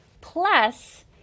plus